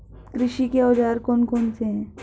कृषि के औजार कौन कौन से हैं?